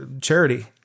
charity